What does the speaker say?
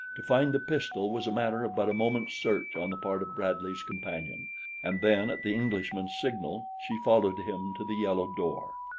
to find the pistol was a matter of but a moment's search on the part of bradley's companion and then, at the englishman's signal, she followed him to the yellow door.